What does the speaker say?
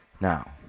Now